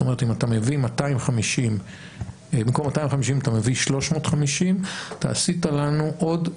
זאת אומרת אם במקום 250 אתה מביא 350 אתה עשית לנו עוד,